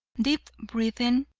deep breathing,